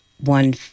one